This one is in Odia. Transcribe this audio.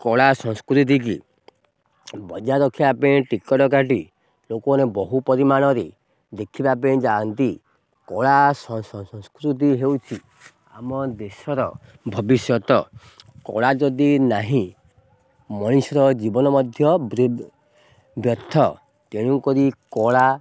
କଳା ସଂସ୍କୃତିକି ବଜାୟ ରଖିବା ପାଇଁ ଟିକେଟ୍ କାଟି ଲୋକମାନେ ବହୁ ପରିମାଣ ରେ ଦେଖିବା ପାଇଁ ଯାଆନ୍ତି କଳା ସଂସ୍କୃତି ହେଉଛି ଆମ ଦେଶର ଭବିଷ୍ୟତ କଳା ଯଦି ନାହିଁ ମଣିଷର ଜୀବନ ମଧ୍ୟ ବ୍ୟର୍ଥ ତେଣୁକ କଳା